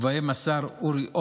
ובהם השר אורי אורבך,